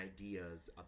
ideas